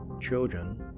children